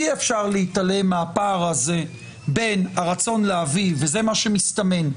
אי-אפשר להתעלם מהפער הזה בין הרצון להביא זה מה שמסתמן.